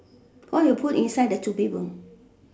why you put inside the two bedroom